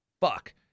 fuck